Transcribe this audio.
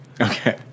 okay